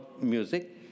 music